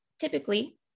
typically